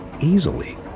easily